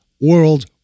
world